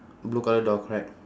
blue colour door correct